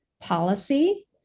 policy